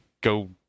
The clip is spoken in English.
go